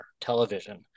Television